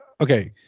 okay